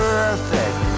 Perfect